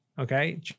okay